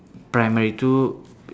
primary two